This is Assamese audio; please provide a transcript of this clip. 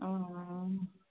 অঁ অঁ